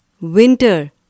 winter